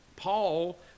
Paul